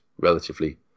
relatively